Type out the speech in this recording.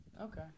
Okay